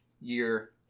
year